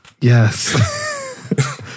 yes